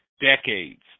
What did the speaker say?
decades